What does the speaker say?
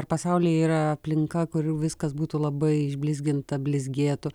ar pasaulyje yra aplinka kur jau viskas būtų labai išblizginta blizgėtų